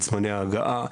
את זמני ההגעה,